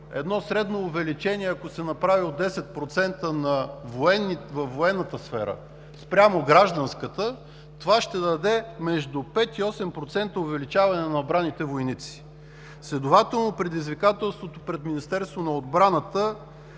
едно средно увеличение от 10% във военната сфера спрямо гражданската, това ще даде между 5 и 8% увеличаване на набраните войници. Следователно предизвикателството пред Министерството на отбраната